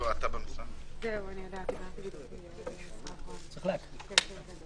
אני אבקש מהיועץ המשפטי להקריא,